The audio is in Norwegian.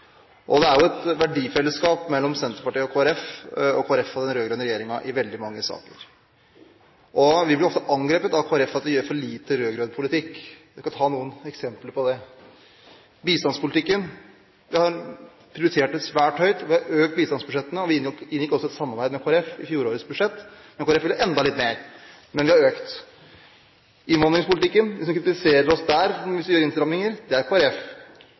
og det er jo et verdifellesskap mellom Senterpartiet og Kristelig Folkeparti, og mellom Kristelig Folkeparti og den rød-grønne regjeringen, i veldig mange saker. Vi blir ofte angrepet av Kristelig Folkeparti for å gjøre for lite rød-grønn politikk. Jeg skal ta noen eksempler på det. I bistandspolitikken: Vi har prioritert den svært høyt. Vi har økt bistandsbudsjettene, og vi inngikk også et samarbeid med Kristelig Folkeparti i fjorårets budsjett, men Kristelig Folkeparti ville enda litt mer. Men vi har økt. I innvandringspolitikken: Den som kritiserer oss hvis vi gjør innstramminger der, er